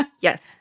Yes